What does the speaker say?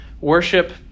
Worship